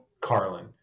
Carlin